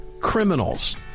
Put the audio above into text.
criminals